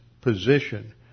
position